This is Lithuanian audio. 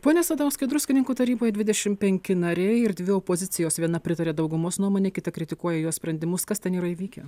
pone sadauskai druskininkų taryboj dvidešim penki nariai ir dvi opozicijos viena pritaria daugumos nuomone kita kritikuoja jos sprendimus kas ten yra įvykę